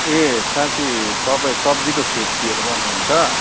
ए साँच्ची तपाईँ सब्जीको खेतीहरू गर्नुहुन्छ